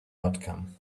outcome